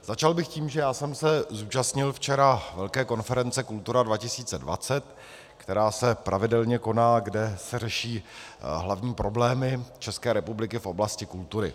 Začal bych tím, že jsem se zúčastnil včera velké konference Kultura 2020, která se koná pravidelně a kde se řeší hlavní problémy České republiky v oblasti kultury.